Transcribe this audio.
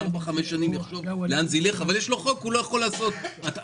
הוועדה קובעת לשר שהוא חייב לעשות את זה